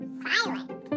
silent